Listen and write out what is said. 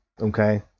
Okay